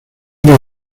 una